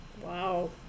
Wow